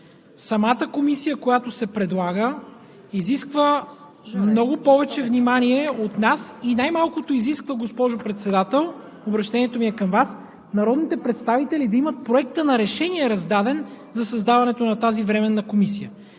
Самата комисия, която се предлага, изисква много повече внимание от нас и най-малкото изисква, госпожо Председател – обръщението ми е към Вас, народните представители да имат раздаден Проекта на решение за създаването на тази временна комисия.